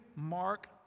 Mark